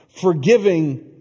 Forgiving